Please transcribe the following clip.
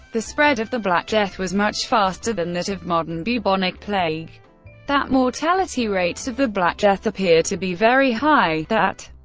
the spread of the black death was much faster than that of modern bubonic plague that mortality rates of the black death appear to be very high that,